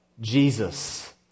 Jesus